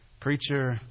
preacher